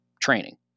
training